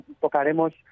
tocaremos